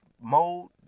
mode